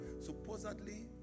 supposedly